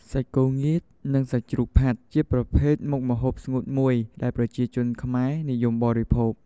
សាច់គោងៀតនិងសាច់ជ្រូកផាត់ ជាប្រភេទមុខម្ហូបស្ងួតមួយដែលប្រជាជនខ្មែរនិយមបរិភោគ។